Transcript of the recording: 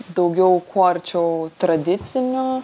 daugiau kuo arčiau tradicinio